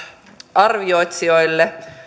arvioitsijoille